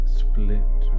split